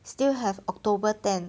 still have october ten